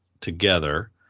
together